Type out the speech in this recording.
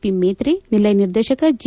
P Maitre ನಿಲಯ ನಿರ್ದೇಶಕ G